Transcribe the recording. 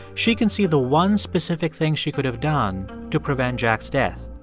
she can see the one specific thing she could have done to prevent jack's death.